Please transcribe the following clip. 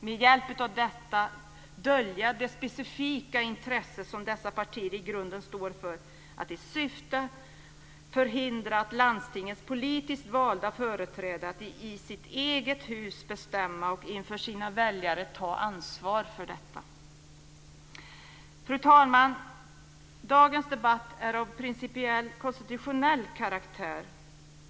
Med hjälp av detta döljs det specifika intresse som dessa partier i grunden står för, att förhindra landstingens politiskt valda företrädare att i eget hus bestämma och inför sina väljare ta ansvar. Fru talman! Dagens debatt är av principiell konstitutionell karaktär.